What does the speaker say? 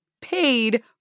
paid